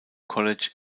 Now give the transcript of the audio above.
college